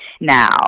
now